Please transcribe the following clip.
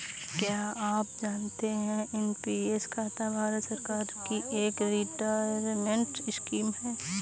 क्या आप जानते है एन.पी.एस खाता भारत सरकार की एक रिटायरमेंट स्कीम है?